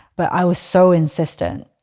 but i was so insistent,